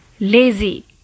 Lazy